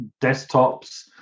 desktops